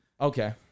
Okay